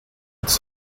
tas